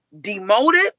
demoted